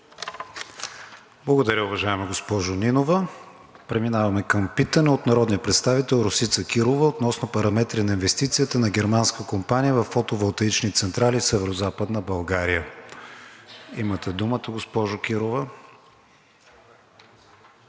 Благодаря, уважаема госпожо Нинова. Преминаваме към питане от народния представител Росица Кирова относно параметри на инвестицията на германска компания във фотоволтаични централи в Северозападна България. Имате думата, госпожо Кирова.